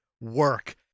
work